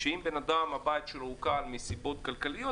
שאם הבית של בן אדם עוקל מסיבות כלכליות,